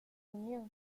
unidos